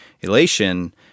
elation